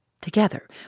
Together